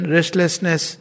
Restlessness